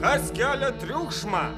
kas kelia triukšmą